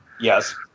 Yes